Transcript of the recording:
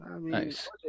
Nice